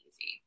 easy